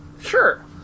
Sure